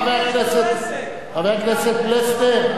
חבר הכנסת פלסנר,